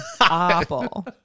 apple